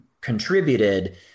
contributed